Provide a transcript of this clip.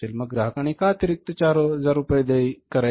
मग ग्राहकाने का अतिरिक्त 4000 रुपये देय करायचे